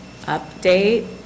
update